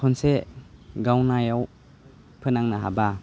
खनसे गावनायाव फोनांनो हाबा